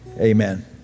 Amen